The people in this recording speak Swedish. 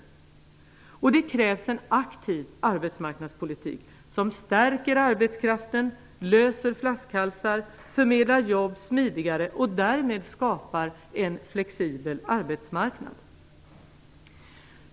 Det krävs en aktiv arbetsmarknadspolitik, som stärker arbetskraften, löser flaskhalsar, förmedlar jobb smidigare och därmed skapar en flexibel arbetsmarknad.